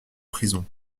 prison